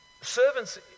servants